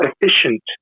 efficient